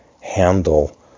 handle